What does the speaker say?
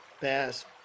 bass